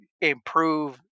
improve